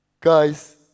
Guys